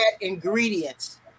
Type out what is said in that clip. ingredients